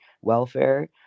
welfare